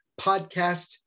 podcast